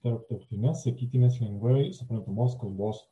tarptautines sakytinės lengvai suprantamos kalbos